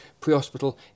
pre-hospital